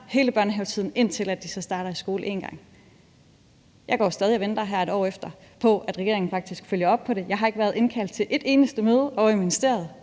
hele børnehavetiden, indtil de så starter i skole én gang. Jeg går stadig her et år efter og venter på, at regeringen faktisk følger op på det. Jeg har ikke været indkaldt til et eneste møde ovre i ministeriet,